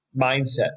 mindset